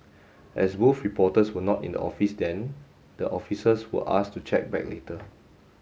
as both reporters were not in the office then the officers were asked to check back later